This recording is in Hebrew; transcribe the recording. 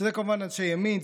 שזה כמובן אנשי ימין,